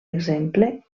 exemple